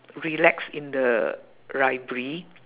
relax in the library